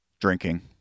Drinking